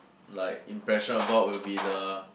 like impression about will be the